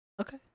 Okay